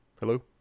Hello